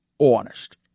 honest